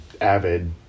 avid